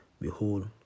Behold